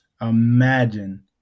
imagine